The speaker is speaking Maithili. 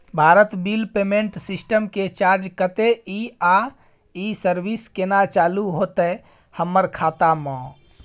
भारत बिल पेमेंट सिस्टम के चार्ज कत्ते इ आ इ सर्विस केना चालू होतै हमर खाता म?